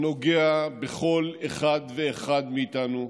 הנוגע בכל אחד ואחד מאיתנו,